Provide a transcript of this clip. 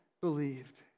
believed